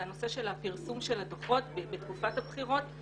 הנושא של פרסום הדוחות בתקופת הבחירות.